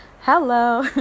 Hello